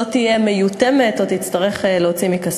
לא תהיה מיותמת או תצטרך להוציא מכספה.